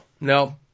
no